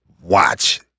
watch